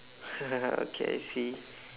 okay I see